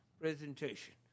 presentation